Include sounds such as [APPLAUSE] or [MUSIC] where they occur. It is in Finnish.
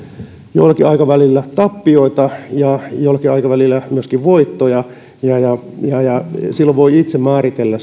jollakin aikavälillä tappioita ja jollakin aikavälillä myöskin voittoja ja ja silloin voi itse määritellä [UNINTELLIGIBLE]